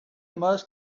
must